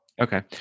Okay